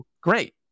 great